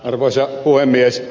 arvoisa puhemies